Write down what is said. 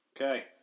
Okay